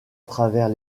travers